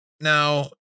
now